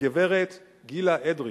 הגברת גילה אדרעי,